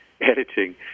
editing